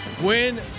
win